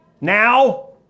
now